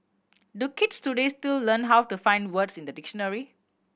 do kids today still learn how to find words in a dictionary